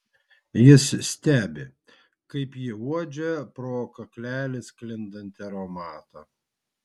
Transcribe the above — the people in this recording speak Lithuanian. jis stebi kaip ji uodžia pro kaklelį sklindantį aromatą